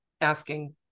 asking